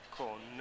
con